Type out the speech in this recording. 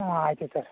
ಹ್ಞೂ ಆಯಿತು ಸರ್